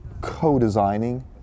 co-designing